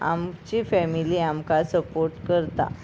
आमची फॅमिली आमकां सपोर्ट करता